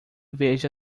veja